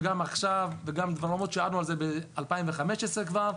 ולמרות שהערנו על זה ב-2015 כבר,